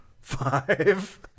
Five